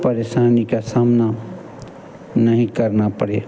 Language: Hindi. परेशानी का सामना नहीं करना पड़े